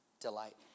delight